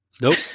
Nope